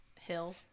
hill